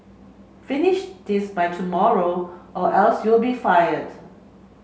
finish this by tomorrow or else you'll be fired